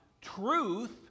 truth